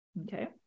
Okay